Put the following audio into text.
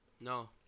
No